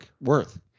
worth